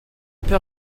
peur